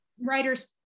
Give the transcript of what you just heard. writers